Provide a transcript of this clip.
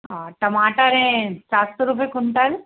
टमाटर हैं सात सौ रुपए कुंटल